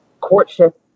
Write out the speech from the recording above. Courtship